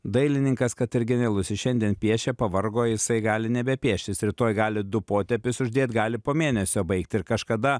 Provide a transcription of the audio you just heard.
dailininkas kad ir genialus jis šiandien piešė pavargo jisai gali nebepiešt jis rytoj gali du potėpius uždėt gali po mėnesio baigt ir kažkada